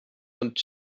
und